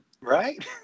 Right